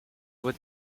vaux